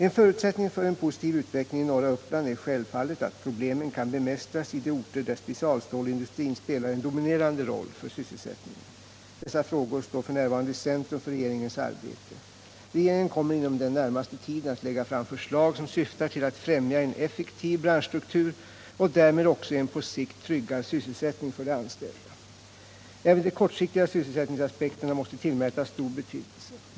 En förutsättning för en positiv utveckling i norra Uppland är självfallet att problemen kan bemästras i de orter, där specialstålindustrin spelar en dominerande roll för sysselsättningen. Dessa frågor står f. n. i centrum för regeringens arbete. Regeringen kommer inom den närmaste tiden att lägga fram förslag som syftar till att främja en effektiv branschstruktur och därmed också en på sikt tryggad sysselsättning för de anställda. Även de kortsiktiga sysselsättningsaspekterna måste tillmätas stor betydelse.